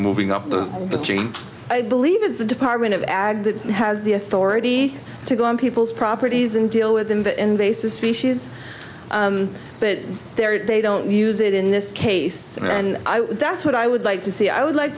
moving up the chain i believe is the department of ad that has the authority to go in people's properties and deal with in the invasive species but there they don't use it in this case and that's what i would like to see i would like